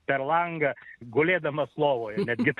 per langą gulėdamas lovoje netgi